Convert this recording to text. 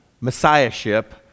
messiahship